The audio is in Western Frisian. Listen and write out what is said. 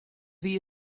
wie